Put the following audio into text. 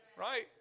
right